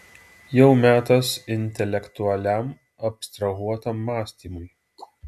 jau metas intelektualiam abstrahuotam mąstymui